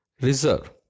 reserve